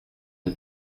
une